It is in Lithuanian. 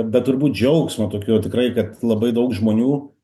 bet turbūt džiaugsmo tokio tikrai kad labai daug žmonių